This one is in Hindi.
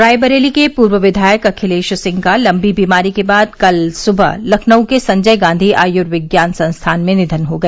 रायबरेली के पूर्व विधायक अखिलेश सिंह का लम्बी बीमारी के बाद कल सुबह लखनऊ के संजय गांधी आयुर्विज्ञान संस्थान में निधन हो गया